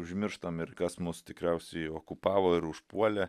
užmirštam ir kas mus tikriausiai okupavo ir užpuolė